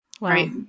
right